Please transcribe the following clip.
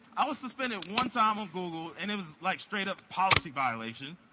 i was suspended one time on google and it was like straight up policy violation,